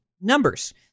numbers